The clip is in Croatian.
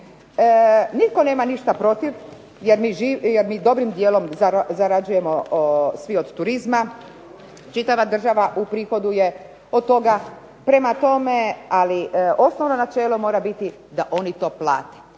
Nitko nema ništa protiv jer mi dobrim djelom zarađujemo svi od turizma, čitava država uprihoduje od toga. Ali osnovno načelo mora biti da oni to plate.